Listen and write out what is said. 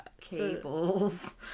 cables